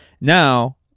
Now